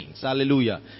Hallelujah